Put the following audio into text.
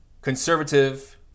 conservative